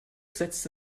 setzte